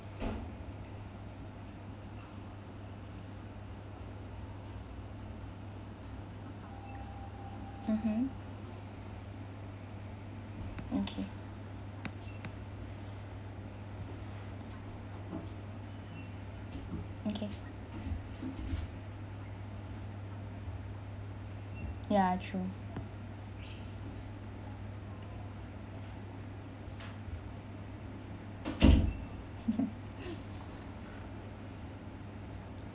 mmhmm okay okay ya true